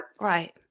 right